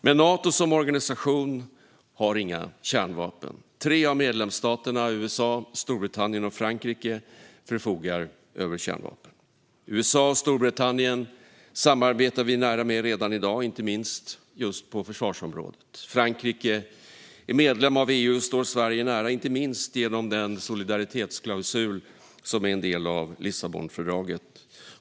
Men Nato som organisation har inga kärnvapen. Tre av medlemsstaterna - USA, Storbritannien och Frankrike - förfogar över kärnvapen. USA och Storbritannien samarbetar vi nära med redan i dag, inte minst på försvarsområdet. Frankrike är medlem av EU och står Sverige nära, inte minst genom den solidaritetsklausul som är en del av Lissabonfördraget.